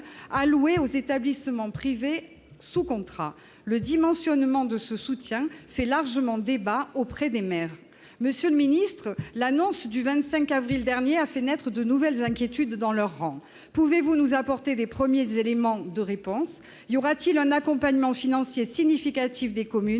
alloués aux établissements privés sous contrat, le dimensionnement de ce soutien fait largement débat auprès des maires, monsieur le ministre, l'annonce du 25 avril dernier a fait naître de nouvelles inquiétudes dans leurs rangs, pouvez-vous nous apporter des premiers éléments de réponse, y aura-t-il un accompagnement financier significatif des communes